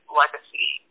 legacy